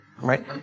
right